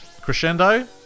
crescendo